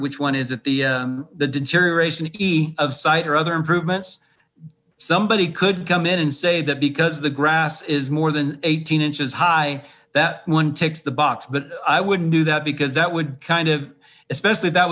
which one is it the deterioration we of site or other improvements somebody could come in and say that because the grass is more than eighteen inches high that one ticks the box but i wouldn't do that because that would kind of especially if that